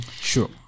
Sure